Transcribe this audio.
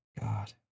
God